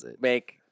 make